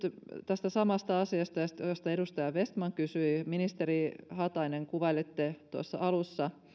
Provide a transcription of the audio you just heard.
tästä samasta asiasta josta edustaja vestman kysyi ministeri haatainen kuvailitte tuossa alussa